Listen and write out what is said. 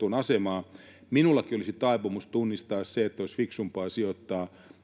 — asemaa. Minullakin olisi taipumus tunnistaa se, että olisi fiksumpaa sijoittaa